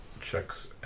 checks